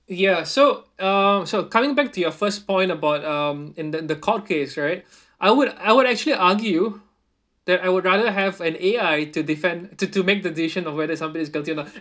ya so uh so coming back to your first point about um in the the court case right I would I would actually argue that I would rather have an A_I to defend to to make the decision of whether somebody's guilty or not